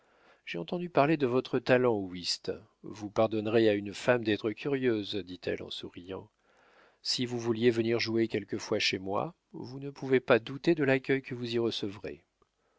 j'ai entendu parler de votre talent au wisth vous pardonnerez à une femme d'être curieuse dit-elle en souriant si vous vouliez venir jouer quelquefois chez moi vous ne pouvez pas douter de l'accueil que vous y recevrez